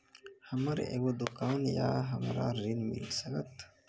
हमर एगो दुकान या हमरा ऋण मिल सकत?